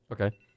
Okay